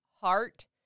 heart